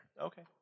Okay